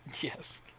Yes